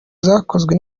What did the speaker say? zakozwe